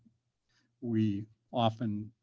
we often,